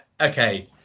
Okay